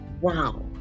Wow